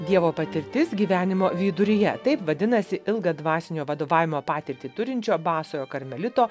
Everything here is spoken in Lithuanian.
dievo patirtis gyvenimo viduryje taip vadinasi ilgą dvasinio vadovavimo patirtį turinčio basojo karmelito